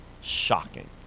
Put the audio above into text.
shocking